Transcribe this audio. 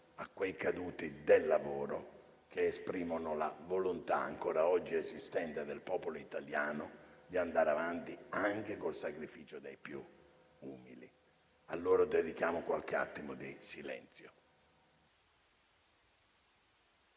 a quei caduti del lavoro, che esprimono la volontà ancora oggi esistente nel popolo italiano di andare avanti anche con il sacrificio dei più umili. A loro dedichiamo qualche attimo di silenzio.